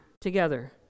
together